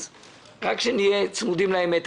רק שנהיה צמודים לאמת,